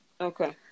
Okay